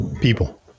People